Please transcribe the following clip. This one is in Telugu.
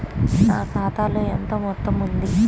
నా ఖాతాలో ఎంత మొత్తం ఉంది?